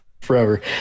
forever